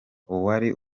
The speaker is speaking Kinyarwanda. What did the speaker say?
uwari